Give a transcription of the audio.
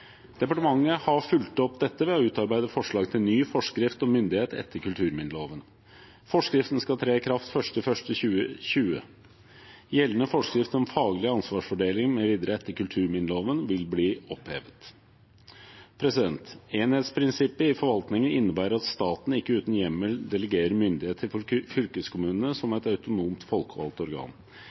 Departementet har fulgt opp dette ved å utarbeide forslag til ny forskrift om myndighet etter kulturminneloven. Forskriften skal tre i kraft 1. januar 2020. Gjeldende forskrift om faglig ansvarsfordeling mv. etter kulturminneloven vil bli opphevet. Enhetsprinsippet i forvaltningen innebærer at staten ikke uten hjemmel delegerer myndighet til fylkeskommunene som et autonomt folkevalgt organ.